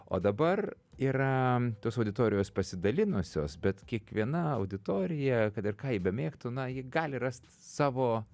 o dabar yra tos auditorijos pasidalinusios bet kiekviena auditorija kad ir ką ji bemėgtų na ji gali rast savo